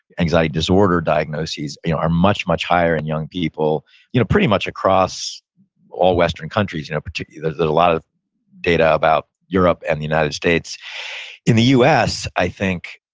anxiety disorder diagnoses, you know are much, much higher in young people you know pretty much across all western countries. you know particularly, there's a lot of data about europe and the united states in the us, i think,